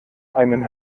einen